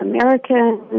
American